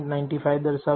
95 દર્શાવશે